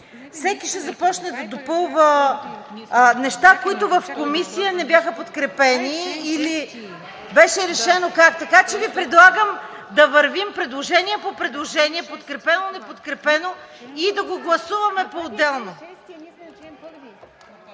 Всеки ще започне да допълва неща, които в Комисията не бяха подкрепени, или беше решено как, така че Ви предлагам да вървим предложение по предложение, подкрепено – неподкрепено, и да го гласуваме поотделно.